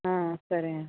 ஆ சரிங்க